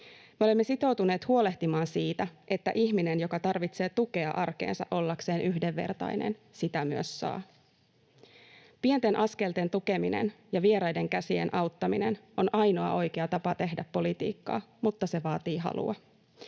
olemme sitoutuneet huolehtimaan siitä, että ihminen, joka tarvitsee tukea arkeensa ollakseen yhdenvertainen, sitä myös saa. Pienten askelten tukeminen ja vieraiden käsien auttaminen on ainoa oikea tapa tehdä politiikkaa, mutta se vaatii halua.